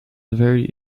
very